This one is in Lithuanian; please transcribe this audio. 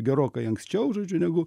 gerokai anksčiau žodžiu negu